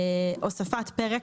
21 הוספת3.